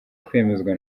kwemezwa